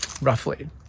roughly